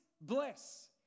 bless